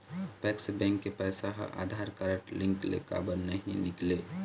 Apex bank के पैसा हा आधार कारड लिंक ले काबर नहीं निकले?